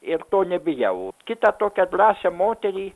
ir to nebijau kitą tokią drąsią moterį